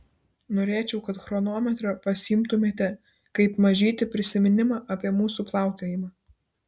norėčiau kad chronometrą pasiimtumėte kaip mažytį prisiminimą apie mūsų plaukiojimą